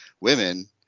women